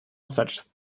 such